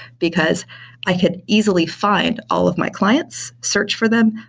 because i could easily find all of my clients, search for them,